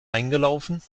eingelaufen